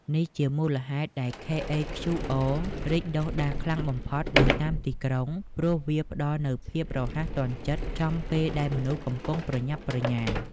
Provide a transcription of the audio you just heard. នេះជាមូលហេតុដែល KHQR រីកដុះដាលខ្លាំងបំផុតនៅតាមទីក្រុង ព្រោះវាផ្ដល់នូវភាពរហ័សទាន់ចិត្តចំពេលដែលមនុស្សកំពុងប្រញាប់ប្រញាល់។